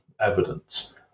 evidence